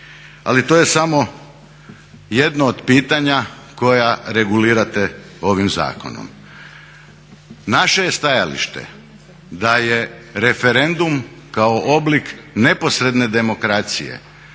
Ali to je samo jedno od pitanja koja regulirate ovim zakonom. Naše je stajalište da je referendum kao oblik neposredne demokracije